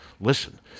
listen